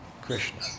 Krishna